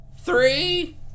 three